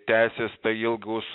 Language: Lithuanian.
tęsias tai ilgus